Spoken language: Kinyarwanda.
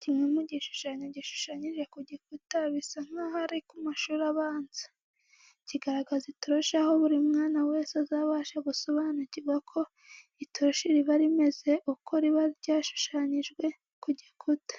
Kimwe mu gishushanyo gishushanyije ku gikuta bisa nkaho ari ku mashuri abanza. Kigaragaza itoroshi aho buri mwana wese azabasha gusobanukirwa ko itoroshi riba rimeze uko riba ryashushanyijwe ku gikuta.